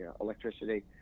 electricity